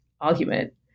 argument